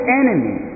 enemy